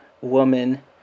woman